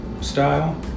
style